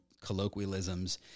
colloquialisms